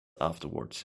afterwards